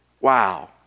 Wow